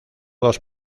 dos